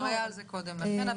כבר היה על זה קודם לכן,